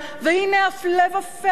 והנה, הפלא ופלא,